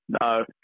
No